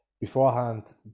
beforehand